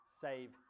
save